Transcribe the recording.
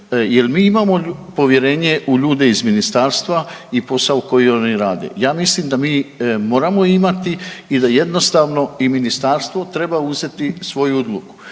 jel mi imamo povjerenje u ljude iz ministarstva i u posao koji oni rade. Ja mislim da mi moramo imati i da jednostavno i ministarstvo treba uzeti svoju odluku.